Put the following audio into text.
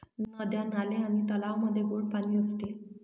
नद्या, नाले आणि तलावांमध्ये गोड पाणी असते